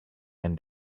and